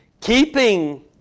Keeping